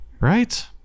Right